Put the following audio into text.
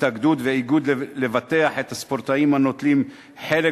התאגדות ואיגוד לבטח את הספורטאים הנוטלים חלק